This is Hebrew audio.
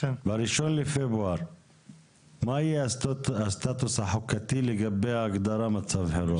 ב-1 בפברואר מה יהיה הסטטוס החוקתי לגבי הגדרת מצב חירום?